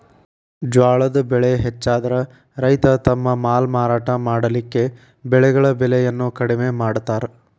ಜ್ವಾಳದ್ ಬೆಳೆ ಹೆಚ್ಚಾದ್ರ ರೈತ ತಮ್ಮ ಮಾಲ್ ಮಾರಾಟ ಮಾಡಲಿಕ್ಕೆ ಬೆಳೆಗಳ ಬೆಲೆಯನ್ನು ಕಡಿಮೆ ಮಾಡತಾರ್